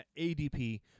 ADP